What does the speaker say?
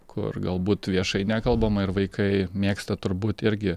kur galbūt viešai nekalbama ir vaikai mėgsta turbūt irgi